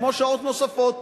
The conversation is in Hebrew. כמו שעות נוספות,